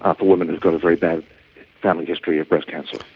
ah for women who've got a very bad family history of breast cancer.